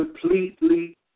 completely